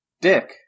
Dick